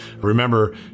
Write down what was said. Remember